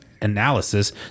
analysis